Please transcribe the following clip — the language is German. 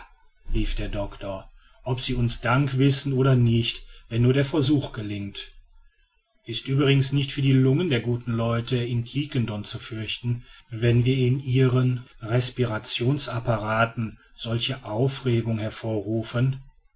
rief der doctor ob sie uns dank wissen oder nicht wenn nur unser versuch gelingt ist übrigens nicht für die lungen der guten leute in quiquendone zu fürchten wenn wir in ihren respirationsapparaten solche aufregung hervorrufen